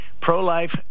pro-life